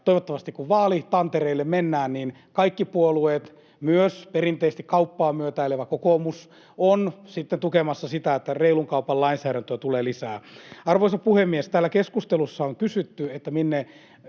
toivottavasti, kun vaalitantereille mennään, kaikki puolueet, myös perinteisesti kauppaa myötäilevä kokoomus, ovat sitten tukemassa sitä, että reilun kaupan lainsäädäntöä tulee lisää. Arvoisa puhemies! Täällä keskustelussa on kysytty, minne